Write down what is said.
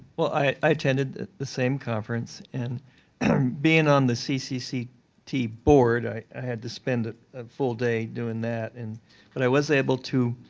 well, i attended the same conference. and and um being on the ccct board, board, i i had to spent a full day doing that. and but i was able to